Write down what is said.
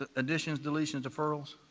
ah additions, deletions, deferrals,